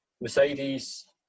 Mercedes